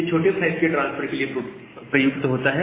यह छोटे फाइल के ट्रांसफर के लिए प्रयुक्त होता है